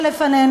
הכנסת,